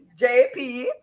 JP